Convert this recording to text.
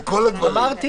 אמרתי